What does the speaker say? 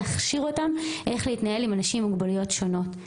להכשיר אותם איך להתנהל עם אנשים עם מוגבלויות שונות.